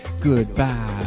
goodbye